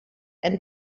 and